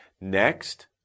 Next